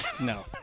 no